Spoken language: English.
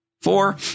four